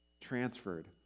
transferred